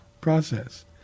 process